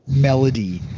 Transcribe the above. melody